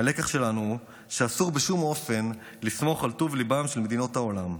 הלקח שלנו הוא שאסור בשום אופן לסמוך על טוב ליבן של מדינות העולם.